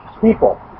people